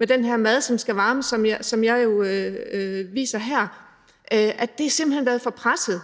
med den her mad, som skal varmes, som jeg jo viser her. Det har simpelt hen været for presset,